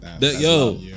Yo